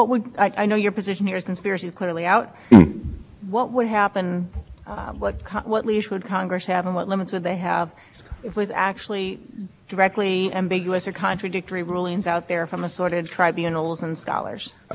practiced in fact george washington when he tried to there was a question about how you could execute a spy and major andre because he was a british officer asked to be shot and george washington referred that to his military lawyer at the time